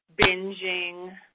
binging